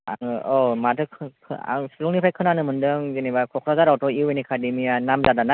आङो औ माथो खोनानो आं सुलुंनिफ्राय खोनानो मोनदों जेनोबा कक्राझारावथ' इउ एन एकादेमि या नामजादा ना